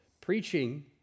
preaching